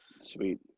Sweet